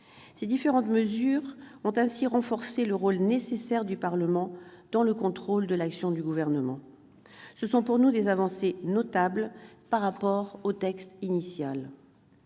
Ces différentes mesures ont renforcé le rôle nécessaire du Parlement dans le contrôle de l'action du Gouvernement. Ce sont pour nous des avancées notables par rapport au texte initial.